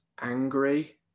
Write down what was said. angry